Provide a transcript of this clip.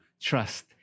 trust